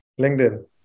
LinkedIn